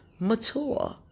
Mature